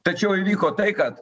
tačiau liko tai kad